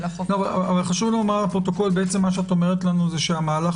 חשוב לומר לפרוטוקול את אומרת לנו שהמהלך